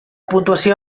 puntuació